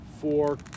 four